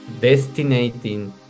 destinating